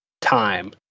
time